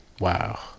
Wow